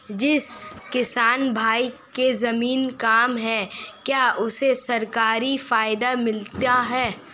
जिस किसान भाई के ज़मीन कम है क्या उसे सरकारी फायदा मिलता है?